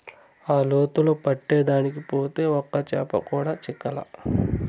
ఆ లోతులో పట్టేదానికి పోతే ఒక్క చేప కూడా చిక్కలా